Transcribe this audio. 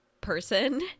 person